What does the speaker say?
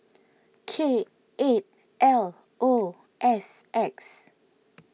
K eight L O S X